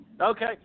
Okay